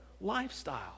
lifestyle